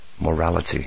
morality